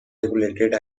regulated